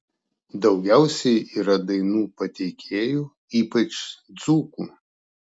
daugiausiai yra dainų pateikėjų ypač dzūkų